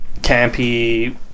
campy